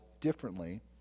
differently